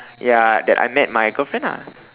ya that I met my girlfriend ah